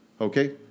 Okay